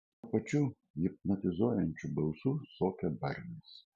tuo pačiu hipnotizuojančiu balsu suokė barnis